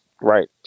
Right